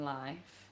life